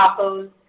tacos